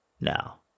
now